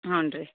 ಹ್ಞೂ ರೀ